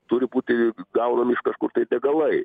turi būti gaunami iš kažkur degalai